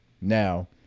now